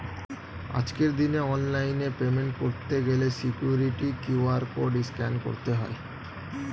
আজকের দিনে অনলাইনে পেমেন্ট করতে গেলে সিকিউরিটি কিউ.আর কোড স্ক্যান করতে হয়